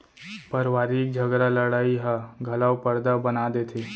परवारिक झगरा लड़ई ह घलौ परदा बना देथे